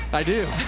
i do.